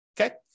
okay